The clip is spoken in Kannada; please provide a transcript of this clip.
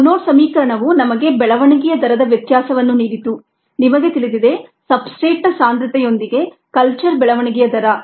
ಮೊನೊಡ್ ಸಮೀಕರಣವು ನಮಗೆ ಬೆಳವಣಿಗೆಯ ದರದ ವ್ಯತ್ಯಾಸವನ್ನು ನೀಡಿತು ನಿಮಗೆ ತಿಳಿದಿದೆ ಸಬ್ಸ್ಟ್ರೇಟ್ನ ಸಾಂದ್ರತೆಯೊಂದಿಗೆ ಕಲ್ಚರ್ ಬೆಳವಣಿಗೆಯ ದರ